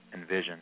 envision